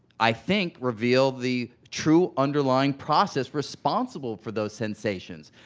i think, reveal the true underlying process responsible for those sensations.